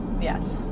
yes